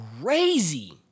crazy